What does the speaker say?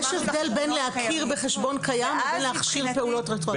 יש הבדל בין להכיר בחשבון קיים לבין להכשיר פעולות רטרואקטיבית.